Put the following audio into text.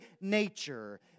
nature